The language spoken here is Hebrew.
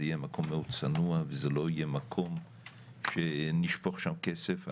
זה יהיה מקום מאוד צנוע וזה לא יהיה מקום שנשפוך שם כסף,